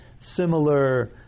similar